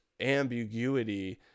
ambiguity